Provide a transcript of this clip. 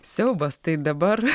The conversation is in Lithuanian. siaubas tai dabar